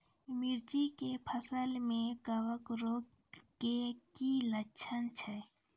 मिर्ची के फसल मे कवक रोग के की लक्छण छै?